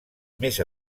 més